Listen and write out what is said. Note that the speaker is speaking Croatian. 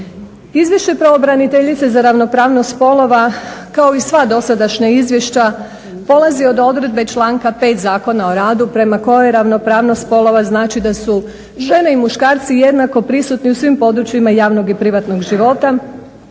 Izvješće pravobraniteljice za ravnopravnost spolova kao i sva dosadašnja izvješća polazi od odredbe članka 5. Zakona o radu prema kojoj ravnopravnost spolova znači da su žene i muškarci jednako prisutni u svim područjima javnog i privatnog života,